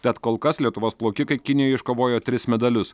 tad kol kas lietuvos plaukikai kinijoj iškovojo tris medalius